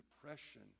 depression